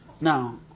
Now